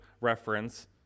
reference